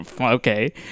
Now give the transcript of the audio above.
okay